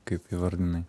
kaip įvardinai